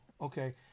Okay